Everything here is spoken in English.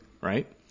right